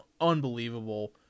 unbelievable